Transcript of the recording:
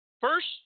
First